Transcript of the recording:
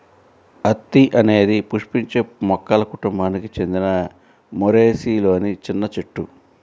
అత్తి అనేది పుష్పించే మొక్కల కుటుంబానికి చెందిన మోరేసిలోని చిన్న చెట్టు